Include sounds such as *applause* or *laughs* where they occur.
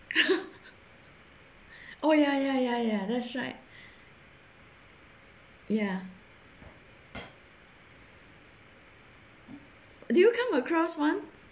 *laughs* oh ya ya ya ya that's right ya do you come across one